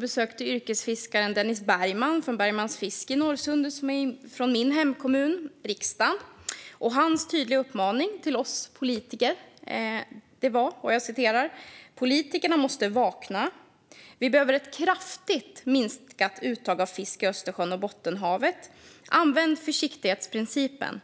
besökte yrkesfiskaren Dennis Bergman, från Bergmans fisk i Norrsundet i min hemkommun, riksdagen. Hans tydliga uppmaning till oss politiker var: Politikerna måste vakna. Vi behöver ett kraftigt minskat uttag av fisk i Östersjön och Bottenhavet. Använd försiktighetsprincipen!